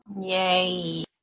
Yay